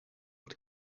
het